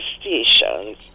stations